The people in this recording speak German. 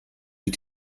die